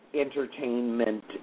entertainment